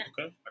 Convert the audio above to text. Okay